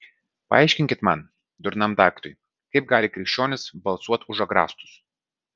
paaiškinkit man durnam daiktui kaip gali krikščionys balsuot už agrastus